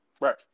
Right